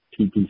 TPC